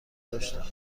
داشتم